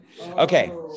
Okay